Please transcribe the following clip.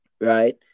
right